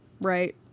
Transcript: right